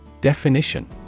Definition